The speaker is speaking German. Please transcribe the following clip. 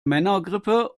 männergrippe